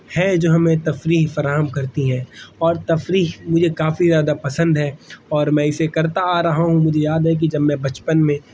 ہے جو ہمیں تفریح فراہم کرتی ہیں اور تفریح مجھے کافی زیادہ پسند ہے اور میں اسے کرتا آ رہا ہوں مجھے یاد ہے کہ جب میں بچپن میں